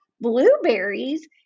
blueberries